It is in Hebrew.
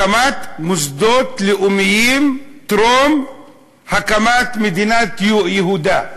הקמת מוסדות לאומיים טרום הקמת מדינת יהודה.